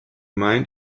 mind